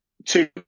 two